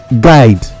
guide